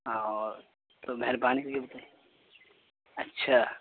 ہاں اور تو مہربانی ہوگی اچھا